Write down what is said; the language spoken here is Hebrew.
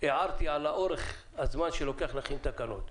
הערתי על הזמן שלוקח להכין תקנות,